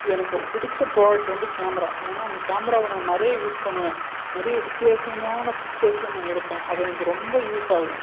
எனக்கு பிடிச்ச ப்ராடக்ட் வந்து கேமரா ஏன்னா அந்த கேமராவை நான் நிறைய யூஸ் பண்ணுவேன் நிறைய வித்தியாசமான பிக்சர்ஸும் நான் எடுப்பேன் அது எனக்கு ரொம்ப யூஸ் ஆகும்